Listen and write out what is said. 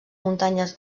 muntanyes